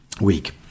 week